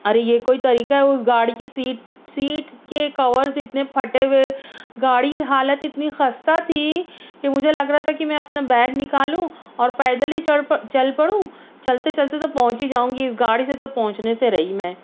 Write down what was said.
ارے یہ کوئی طریقہ ہے اس گاڑی کی سیٹ کے کورز اتنے پھٹے ہوئے گاڑی کی حالت اتنی خستہ تھی کہ مجھے لگ رہا تھا کہ میں اپنا بیگ نکالوں اور پیدل ہی چل پڑوں چلتے چلتے تو پہنچ ہی جاؤں گی اس گاڑی سے تو پہنچنے سے رہی میں